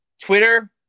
Twitter